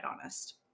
honest